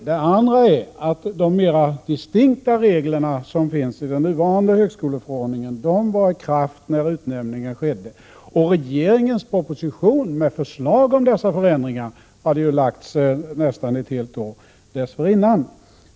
Det andra är att de mer distinkta regler som finns i den nuvarande högskoleförordningen var i kraft när utnämningen skedde. Och regeringens proposition med förslag om dessa förändringar hade lagts fram nästan ett helt år dessförinnan.